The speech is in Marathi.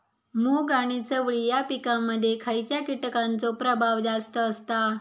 मूग आणि चवळी या पिकांमध्ये खैयच्या कीटकांचो प्रभाव जास्त असता?